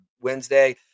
Wednesday